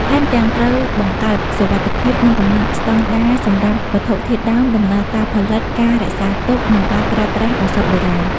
ថែមទាំង ត្រូវបង្កើតសុវត្ថិភាព និងកំណត់ស្តង់ដារសម្រាប់វត្ថុធាតុដើម ដំណើរការផលិត ការរក្សាទុក និងការប្រើប្រាស់ឱសថបុរាណ។